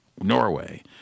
Norway